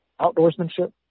outdoorsmanship